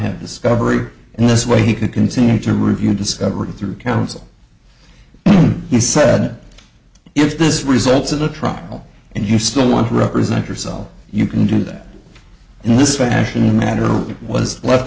have discovery and this way he could continue to review discovered through counsel he said if this results in a trial and you still want to represent yourself you can do that in this fashion the man who was left